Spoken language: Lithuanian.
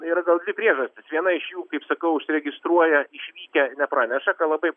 yra gal dvi priežastys viena iš jų kaip sakau užsiregistruoja išvykę nepraneša ką labai